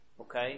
okay